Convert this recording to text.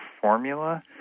formula